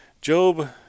Job